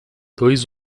dois